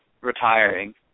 retiring